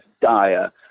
dire